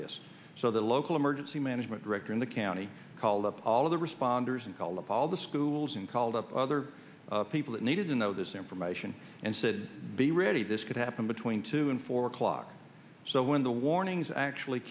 this so the local emergency management director in the county call up all of the responders and call up all the schools and called up other people that needed to know this information and said be ready this could happen between two and four o'clock so when the warnings actually